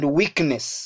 weakness